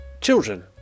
children